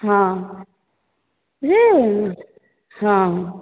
ହଁ ଯେ ହଁ